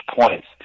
points